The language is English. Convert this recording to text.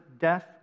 death